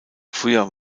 früher